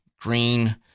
Green